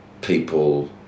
people